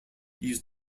used